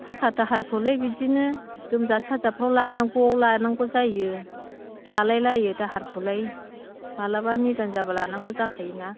थाखा दाहारखौलाय बिदिनो लोमजा साजाफ्राव लानांगौआव लानांगौ जायो लालाय लायो दाहारखौलाय माब्लाबा निदान जाब्ला लानांगौ जाखायोना